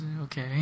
Okay